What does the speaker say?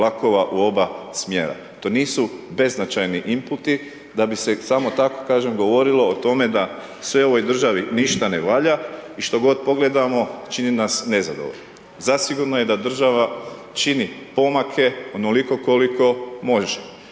To nisu beznačajni inputi da bi se samo tako, kažem, govorilo o tome da sve u ovoj državi ništa ne valja i što god pogledamo čini nas nezadovoljnima. Zasigurno je da država čini pomake onoliko koliko može.